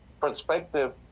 perspective